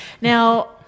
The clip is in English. now